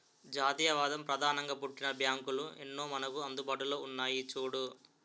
జాతీయవాదం ప్రధానంగా పుట్టిన బ్యాంకులు ఎన్నో మనకు అందుబాటులో ఉన్నాయి చూడు